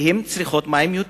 כי הן צריכות יותר מים.